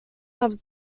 have